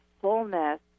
fullness